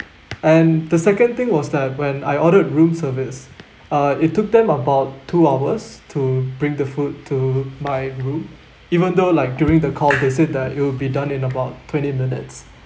and the second thing was that when I ordered room service uh it took them about two hours to bring the food to my room even though like during the call they said that it will be done in about twenty minutes